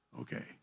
okay